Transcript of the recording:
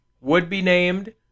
would-be-named